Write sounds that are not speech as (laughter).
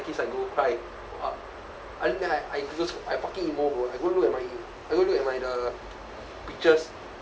I go cry (noise) I fucking emo bro I go look at my I go look at my the pictures